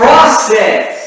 Process